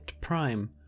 Prime